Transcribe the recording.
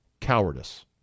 cowardice